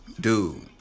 dude